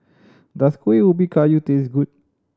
does Kueh Ubi Kayu taste good